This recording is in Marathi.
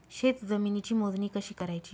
शेत जमिनीची मोजणी कशी करायची?